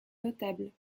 notable